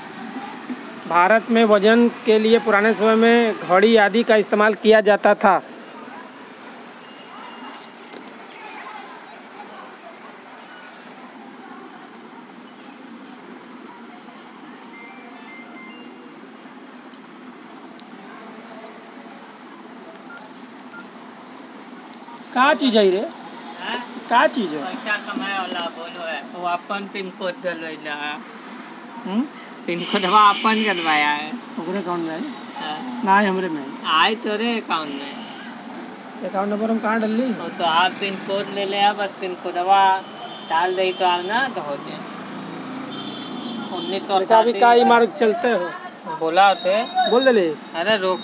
भारत में वजन के लिए पुराने समय के सेर, धडी़ आदि का इस्तेमाल किया जाता था